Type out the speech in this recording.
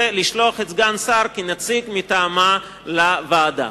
לשלוח סגן שר כנציג מטעמה לוועדה.